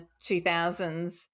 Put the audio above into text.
2000s